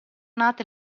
nate